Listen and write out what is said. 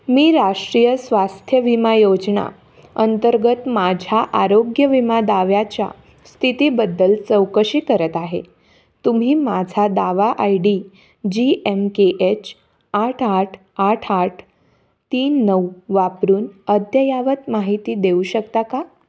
मी राष्ट्रीय स्वास्थ्य विमा योजना अंतर्गत माझ्या आरोग्य विमा दाव्याच्या स्थितीबद्दल चौकशी करत आहे तुम्ही माझा दावा I D G M K H आठ आठ आठ आठ तीन नऊ वापरून अद्ययावत माहिती देऊ शकता का